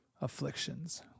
afflictions